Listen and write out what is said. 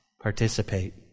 participate